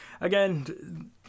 again